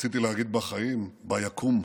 רציתי להגיד "בחיים" ביקום.